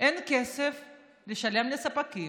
אין כסף לשלם לספקים,